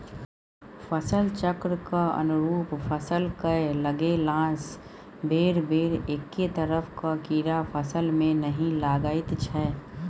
फसल चक्रक अनुरूप फसल कए लगेलासँ बेरबेर एक्के तरहक कीड़ा फसलमे नहि लागैत छै